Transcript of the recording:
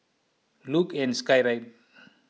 Luge and Skyride